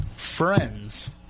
Friends